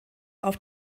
auf